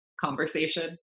conversation